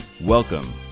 Welcome